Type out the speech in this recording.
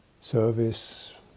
service